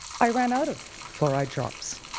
i ran out of fluoride drops.